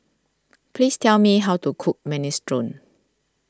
please tell me how to cook Minestrone